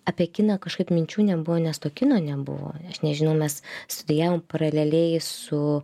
apie kiną kažkaip minčių nebuvo nes to kino nebuvo aš nežinau mes studijavom paraleliai su